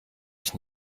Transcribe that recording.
ich